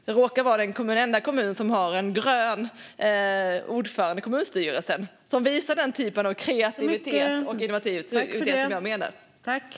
Det råkar vara den enda kommun som har en grön ordförande i kommunstyrelsen som visar den typen av kreativitet och innovativa paket.